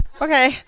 Okay